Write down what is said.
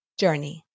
journey